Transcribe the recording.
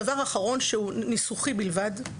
דבר אחרון שהוא ניסוחי בלבד: